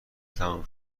تموم